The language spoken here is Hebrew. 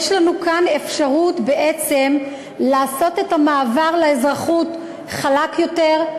יש לנו כאן אפשרות בעצם לעשות את המעבר שלהם לאזרחות חלק יותר,